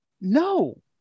no